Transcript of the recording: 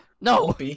No